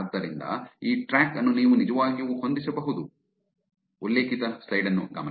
ಆದ್ದರಿಂದ ಈ ಟ್ರ್ಯಾಕ್ ಅನ್ನು ನೀವು ನಿಜವಾಗಿಯೂ ಹೊಂದಿಸಬಹುದು ಉಲ್ಲೇಖಿತ ಸಮಯ 2638